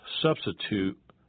substitute